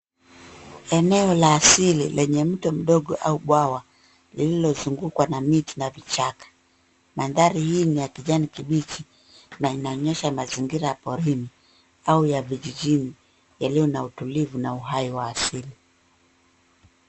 Eneo la asili lenye mto mdogo au bwawa lililozungukwa na miti na vichaka. Mandhari hii ni ya kijani kibichi na inaonyesha mazingira ya porini au ya vijijini yaliyo na utulivu na uhai wa asili.